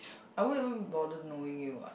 I won't even bother knowing you what